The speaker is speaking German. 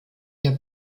der